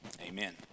amen